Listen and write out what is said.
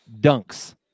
dunks